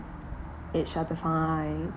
it shall be fine